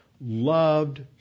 loved